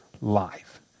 life